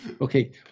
Okay